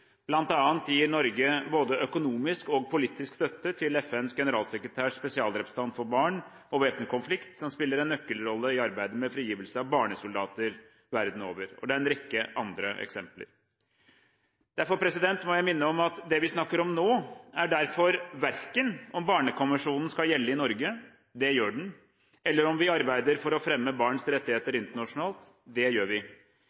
bl.a. gir Norge både økonomisk og politisk støtte til FNs generalsekretærs spesialrepresentant for barn og væpnet konflikt, som spiller en nøkkelrolle i arbeidet med frigivelse av barnesoldater verden over. Og det er en rekke andre eksempler. Derfor må jeg minne om at det vi snakker om nå, verken er om Barnekonvensjonen skal gjelde i Norge – det gjør den – eller om vi arbeider for å fremme barns rettigheter internasjonalt – det gjør vi.